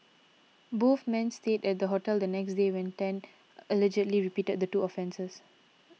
both men stayed at the hotel the next day when Tan allegedly repeated the two offences